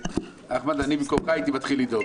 אחמד, אני במקומך הייתי מתחיל לדאוג.